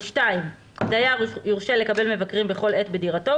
סעיף (2): דייר יורשה לקבל מבקרים בכל עת בדירתו,